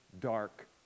dark